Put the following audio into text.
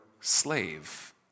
slave